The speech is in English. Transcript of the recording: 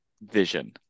vision